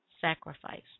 sacrifice